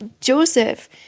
Joseph